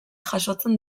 jasotzen